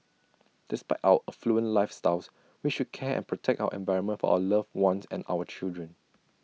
despite our affluent lifestyles we should care and protect our environment for our loved ones and our children